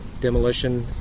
demolition